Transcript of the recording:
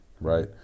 right